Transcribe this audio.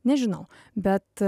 nežinau bet